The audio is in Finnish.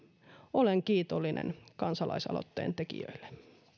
olen kiitollinen kansalaisaloitteen tekijöille